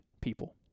people